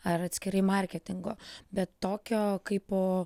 ar atskirai marketingo bet tokio kaipo